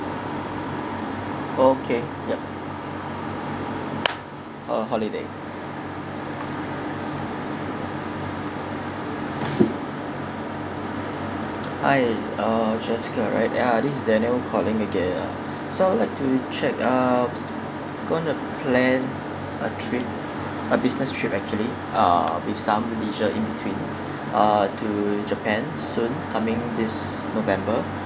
okay yup uh holiday hi uh jessica right ya this is daniel calling again so I would like to check ah going to plan a trip a business trip actually uh with some leisure in between uh to japan soon coming this november